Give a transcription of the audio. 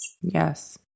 Yes